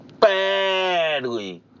badly